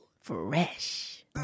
fresh